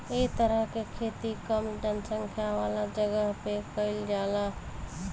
ए तरह के खेती कम जनसंख्या वाला जगह पे कईल जाला